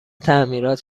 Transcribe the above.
تعمیرات